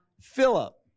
Philip